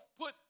put